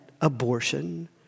abortion